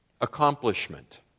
accomplishment